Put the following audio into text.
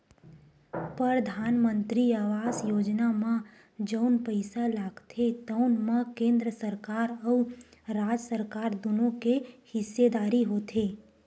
परधानमंतरी आवास योजना म जउन पइसा लागथे तउन म केंद्र सरकार अउ राज सरकार दुनो के हिस्सेदारी होथे